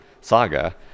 saga